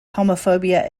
homophobia